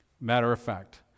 Matter-of-fact